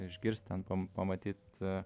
išgirst ten pam pamatyt